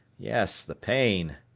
yes the pain.